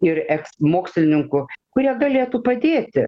ir eks mokslininkų kurie galėtų padėti